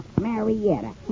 Marietta